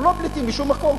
אנחנו לא פליטים משום מקום,